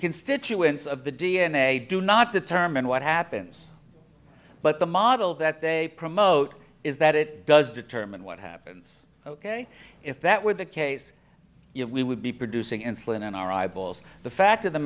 constituents of the d n a do not determine what happens but the model that they promote is that it does determine what happens ok if that were the case we would be producing insulin in our eyeballs the fact of the